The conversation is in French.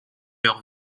leurs